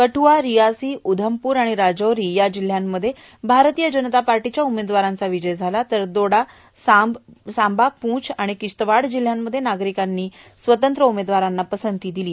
कद्रआ रिसासी उधमप्र आणि राजौरी या दहशतवाद प्रभावी जिल्ह्यांमध्येही भारतीय जनता पार्टीच्या उमेदवारांचा विजय झाला आहे तर दोडा सांबा प्रंछ आणि किश्तवाड जिल्ह्यांमध्ये नागरिकांनी स्वतंत्र उमेदवारांना पसंती दिली